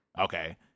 okay